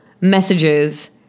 messages